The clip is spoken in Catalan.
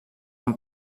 amb